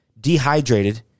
dehydrated